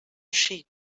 sheep